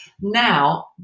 Now